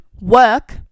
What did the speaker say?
work